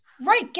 Right